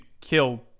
kill